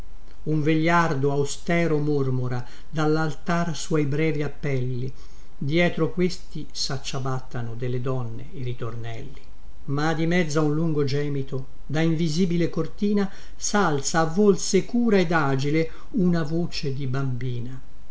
un vegliardo austero mormora dallaltar suoi brevi appelli dietro questi sacciabattano delle donne i ritornelli ma di mezzo a un lungo gemito da invisibile cortina salza a vol secura ed agile una voce di bambina